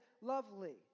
lovely